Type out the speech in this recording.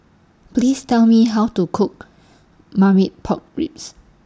Please Tell Me How to Cook Marmite Pork Ribs